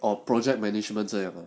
oh project management 这样